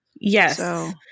Yes